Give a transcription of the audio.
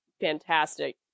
fantastic